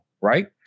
right